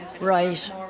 Right